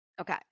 Okay